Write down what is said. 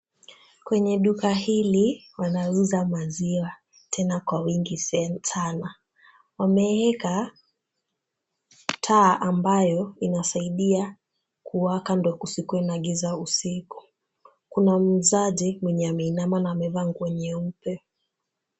Kwenye duka hili wanauza maziwa tena kwa wingi sana. Wameweka taa ambayo inasaidia kuwaka ndio kusikuwe na giza usiku. Kuna muuzaji mwenye ameinama na amevaa nguo nyeupe.